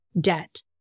debt